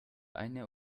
eine